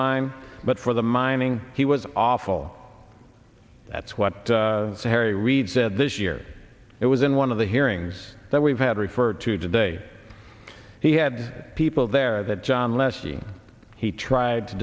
mine but for the mining he was awful that's what harry reid said this year it was in one of the hearings that we've had referred to today he had people there that john leslie he tried to